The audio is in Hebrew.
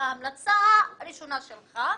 וההמלצה הראשונה שלך,